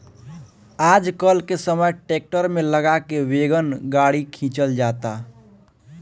आजकल के समय ट्रैक्टर में लगा के वैगन गाड़ी खिंचल जाता